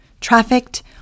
trafficked